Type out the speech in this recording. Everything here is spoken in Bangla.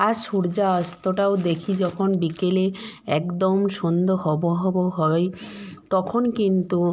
আর সূর্য অস্তটাও দেখি যখন বিকেলে একদম সন্ধে হব হব হয় তখন কিন্তু